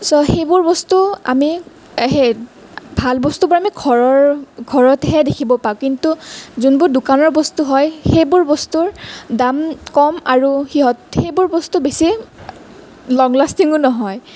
ছ' সেইবোৰ বস্তু আমি সেই ভাল বস্তুবোৰ আমি ঘৰৰ ঘৰতহে দেখিব পাওঁ কিন্তু যোনবোৰ দোকানৰ বস্তু হয় সেইবোৰ বস্তুৰ দাম কম আৰু সিহঁত সেইবোৰ বস্তু বেছি লংগ লাষ্টিংও নহয়